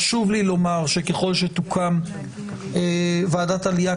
חשוב לי לומר שככל שתוקם ועדת העלייה,